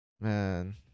man